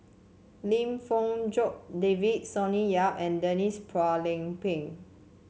Lim Fong Jock David Sonny Yap and Denise Phua Lay Peng